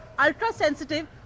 ultra-sensitive